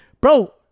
Bro